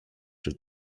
czy